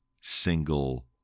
single